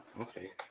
Okay